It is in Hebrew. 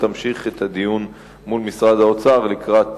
ימשיכו את הדיון מול משרד האוצר ולקראת